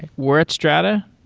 we're at strata.